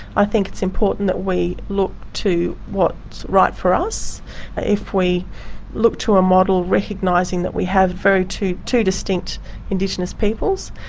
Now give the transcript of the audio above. i think it's important that we look to what's right for us ah if we look to a model recognising that we have very. two two distinct indigenous peoples,